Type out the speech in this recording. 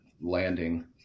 landing